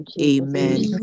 amen